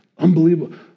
unbelievable